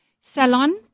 salon